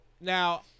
now